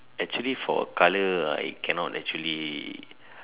actually for colour uh I cannot actually